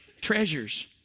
treasures